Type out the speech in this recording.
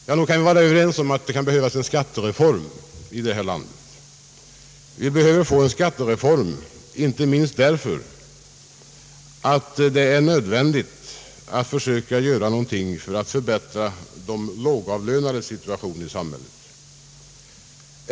Vi kan vara överens om att det behövs en skattereform, inte minst därför att det är nödvändigt att göra någonting för att förbättra de lågavlönades situation.